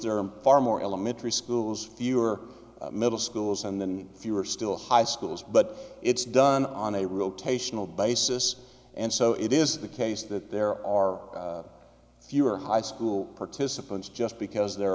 are far more elementary schools you're middle schools and then if you were still high schools but it's done on a rotational basis and so it is the case that there are fewer high school participants just because there